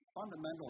fundamental